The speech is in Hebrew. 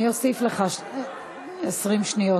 אני אוסיף לך 20 שניות.